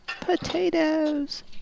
Potatoes